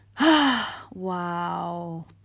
wow